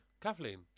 Kathleen